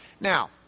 Now